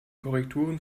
korrekturen